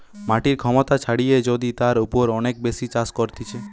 মাটির ক্ষমতা ছাড়িয়ে যদি তার উপর অনেক বেশি চাষ করতিছে